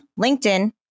LinkedIn